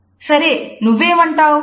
సరే నువ్వేమంటావ్